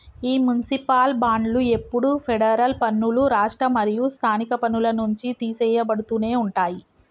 ఈ మునిసిపాల్ బాండ్లు ఎప్పుడు ఫెడరల్ పన్నులు, రాష్ట్ర మరియు స్థానిక పన్నుల నుంచి తీసెయ్యబడుతునే ఉంటాయి